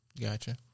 Gotcha